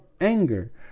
anger